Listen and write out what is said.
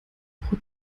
pro